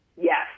Yes